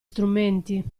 strumenti